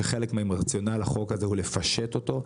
שחלק מהרציונל החוק הזה הוא לפשט אותו,